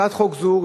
הצעת חוק זו,